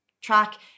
Track